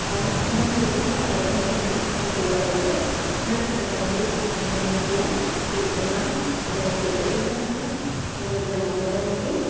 ᱟᱨ ᱢᱮᱨᱚᱢ ᱥᱩᱠᱨᱤ ᱦᱚᱸ ᱚᱲᱟᱜ ᱠᱚᱨᱮ ᱫᱚ ᱢᱮᱱᱟᱜ ᱠᱚᱜᱮᱭᱟ ᱟᱫᱚ ᱩᱱᱠᱩ ᱫᱚ ᱵᱟᱞᱮ ᱜᱩᱯᱤᱭᱟ ᱢᱮᱱᱠᱷᱟᱱ ᱰᱟᱹᱝᱨᱤ ᱟᱨ ᱢᱮᱨᱚᱢ ᱞᱮ ᱜᱩᱯᱤᱭᱟ ᱢᱤᱫ ᱫᱷᱟᱣ ᱢᱟ ᱰᱟᱹᱝᱨᱤ ᱠᱤᱱ ᱞᱮᱵᱮᱫᱤᱧ ᱠᱟᱱ ᱛᱟᱦᱮᱱᱟ ᱟᱨ ᱢᱤᱫ ᱫᱷᱟᱣ ᱢᱟ ᱢᱮᱨᱚᱢ ᱠᱤᱱ